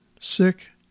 sick